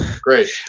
great